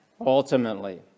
Ultimately